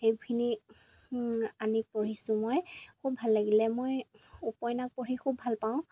সেইখিনি আনি পঢ়িছোঁ মই খুব ভাল লাগিলে মই উপন্যাস পঢ়ি খুব ভালপাওঁ